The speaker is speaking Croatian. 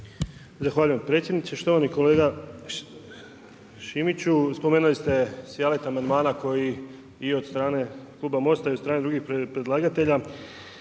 Zahvaljujem predsjedniče. Štovani kolega Šimiću, spomenuli ste sjaset amandmana koji i od strane kluba MOST-a i od strane drugih predlagatelja,